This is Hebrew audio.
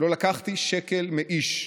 לא לקחתי שקל מאיש,